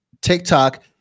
TikTok